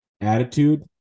attitude